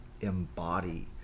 embody